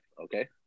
okay